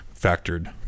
factored